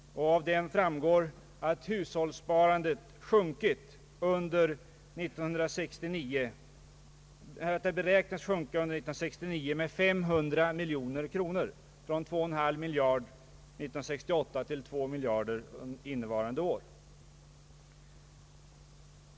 Av den framgår att hushållssparandet beräknas sjunka under 1969 med 500 miljoner, från 2,5 miljarder 1968 till 2 miljarder innevarande år.